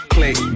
Click